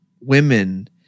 women